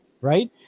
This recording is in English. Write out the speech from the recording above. right